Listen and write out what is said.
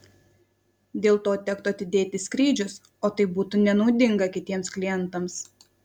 dėl to tektų atidėti skrydžius o tai būtų nenaudinga kitiems klientams